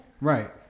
Right